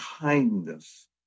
kindness